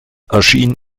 erschien